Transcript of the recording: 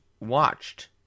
watched